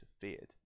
feared